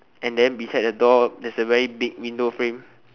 and then beside the door there's a very big window frame